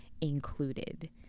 included